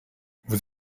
vous